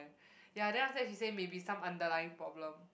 ya then after she said maybe some underlying problem